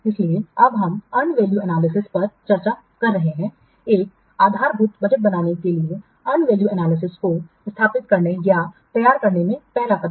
इसलिए अब हम अर्न वैल्यू एनालिसिस पर चर्चा कर रहे हैं एक आधारभूत बजट बनाने के लिए अर्न वैल्यू एनालिसिस को स्थापित करने या तैयार करने में पहला कदम